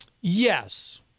Yes